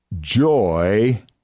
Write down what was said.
joy